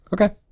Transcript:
okay